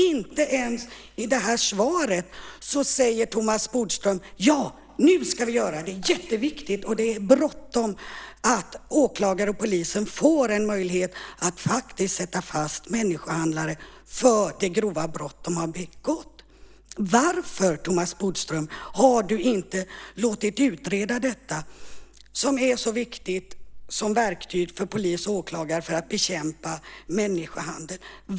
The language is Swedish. Inte heller i dagens svar säger Thomas Bodström att ja, nu ska vi göra det, att det är jätteviktigt - och bråttom - att åklagare och polis får möjligheter att faktiskt sätta fast människohandlare för de grova brott de begått. Varför, Thomas Bodström, har du inte låtit utreda detta som är så viktigt som verktyg för polis och åklagare för att bekämpa människohandel?